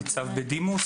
ניצב בדימוס,